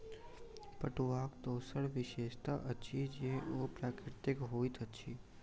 पटुआक दोसर विशेषता अछि जे ओ प्राकृतिक होइत अछि